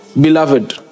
beloved